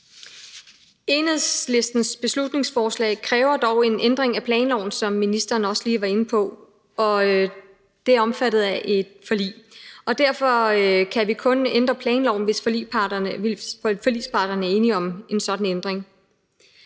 Enhedslistens beslutningsforslag kræver dog en ændring af planloven, som ministeren også lige var inde på, og det er omfattet af et forlig. Derfor kan vi kun ændre planloven, hvis forligsparterne er enige om en sådan ændring.